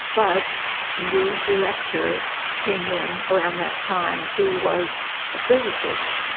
but a new director came in around that time who was a physicist,